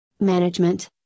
management